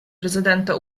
президента